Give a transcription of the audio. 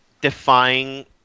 defying